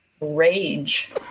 Rage